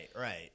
right